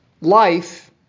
Life